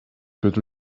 could